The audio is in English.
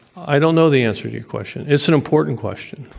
i don't know the answer to your question. it's an important question.